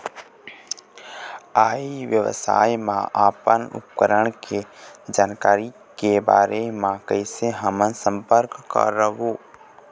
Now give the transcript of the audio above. ई व्यवसाय मा अपन उपकरण के जानकारी के बारे मा कैसे हम संपर्क करवो?